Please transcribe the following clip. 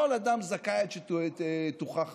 כל אדם זכאי עד שתוכח אשמתו.